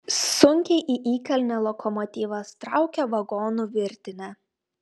sunkiai į įkalnę lokomotyvas traukia vagonų virtinę